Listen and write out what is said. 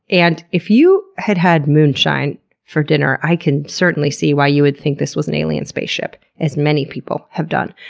and if you had had moonshine for dinner, i can certainly see why you would think this was an alien spaceship, as many people have done.